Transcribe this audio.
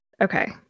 okay